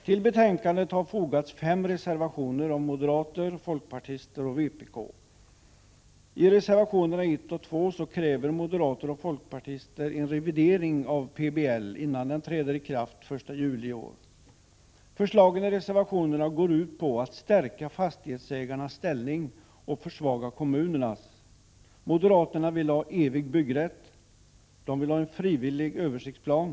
Till betänkandet har fogats fem reservationer från moderaterna, folkpartiet och vpk. I reservationerna 1 och 2 kräver moderaterna och folkpartiet en revidering av PBL innan denna träder i kraft den 1 juli i år. Förslagen i reservationerna går ut på att stärka fastighetsägarnas ställning och att försvaga kommunernas ställning. Moderaterna vill ha evig byggrätt och en frivillig översiktsplan.